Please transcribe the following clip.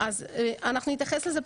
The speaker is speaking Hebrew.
אנחנו נתייחס לזה,